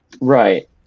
Right